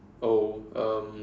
oh um